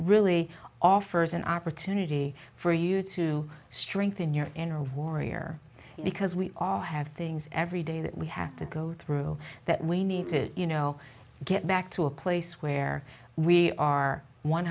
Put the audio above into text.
really offers an opportunity for you to strengthen your inner warrior there because we all have things every day that we have to go through that we need to you know get back to a place where we are one